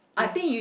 if